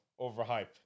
overhype